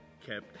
kept